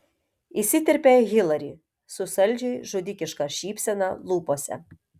įsiterpia hilari su saldžiai žudikiška šypsena lūpose